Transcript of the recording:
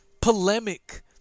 polemic